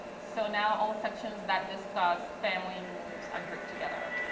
so now all sections that discuss family moves are grouped together.